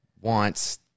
wants